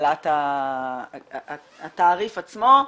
הגדלת התעריף עצמו,